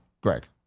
Greg